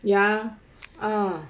ya ah